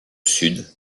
sud